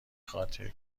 خاطر